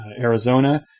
arizona